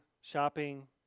shopping